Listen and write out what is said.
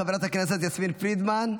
חברת הכנסת יסמין פרידמן,